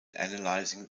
analyzing